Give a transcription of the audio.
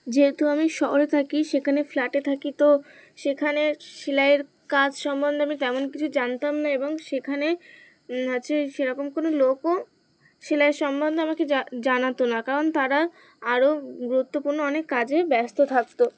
যেহেতু আমি শহরে থাকি সেখানে ফ্ল্যাটে থাকি তো সেখানে সেলাইয়ের কাজ সম্বন্ধে আমি তেমন কিছু জানতাম না এবং সেখানে হচ্ছে সেরকম কোনো লোকও সেলাই সম্বন্ধে আমাকে জানাতো না কারণ তারা আরও গুরুত্বপূর্ণ অনেক কাজে ব্যস্ত থাকতো